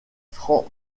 franc